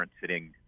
sitting